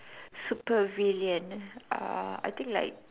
super villain uh I think like